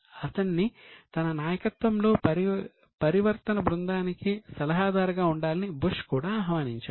అతన్ని తన నాయకత్వంలోని పరివర్తన బృందానికి సలహాదారుగా ఉండాలని బుష్ కూడా ఆహ్వానించాడు